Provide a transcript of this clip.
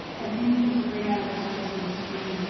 and seeming to spring out of the surface of the screen,